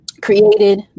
created